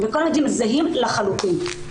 וכל הלימודים זהים לחלוטין.